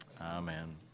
Amen